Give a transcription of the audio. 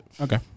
Okay